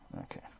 Okay